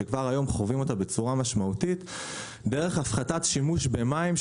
שכבר היום חווים אותם בצורה משמעותית; דרך הפחתת שימוש במים,